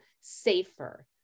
safer